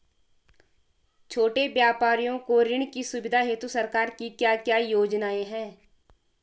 छोटे व्यापारियों को ऋण की सुविधा हेतु सरकार की क्या क्या योजनाएँ हैं?